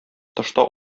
тышта